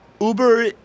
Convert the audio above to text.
Uber